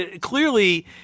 clearly